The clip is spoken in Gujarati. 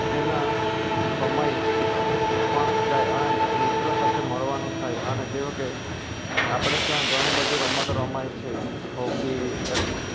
તેના સમય પણ જાય અને મિત્રો સાથે મળવાનું થાય અને જેવા કે આપણે ત્યાં ઘણી બધી રમત રમાય છે હોકી